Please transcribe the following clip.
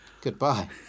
goodbye